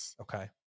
Okay